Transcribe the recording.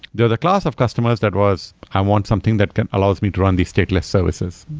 the class of customers that was, i want something that allows me to run these stateless services.